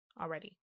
already